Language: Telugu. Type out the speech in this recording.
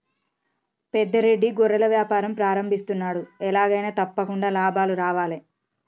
పెద్ద రెడ్డి గొర్రెల వ్యాపారం ప్రారంభిస్తున్నాడు, ఎలాగైనా తప్పకుండా లాభాలు రావాలే